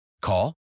Call